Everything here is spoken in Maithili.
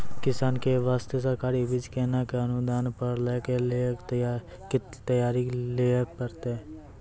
किसान के बास्ते सरकारी बीज केना कऽ अनुदान पर लै के लिए की करै लेली लागतै?